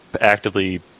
actively